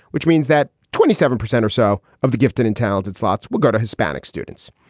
which means that twenty seven percent or so of the gifted and talented slots will go to hispanic students.